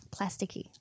plasticky